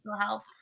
health